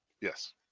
Yes